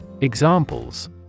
Examples